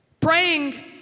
Praying